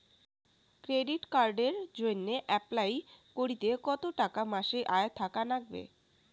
Credit কার্ডের জইন্যে apply করিতে কতো টাকা মাসিক আয় থাকা নাগবে?